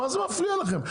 מה זה מפריע לכם?